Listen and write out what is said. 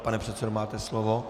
Pane předsedo, máte slovo.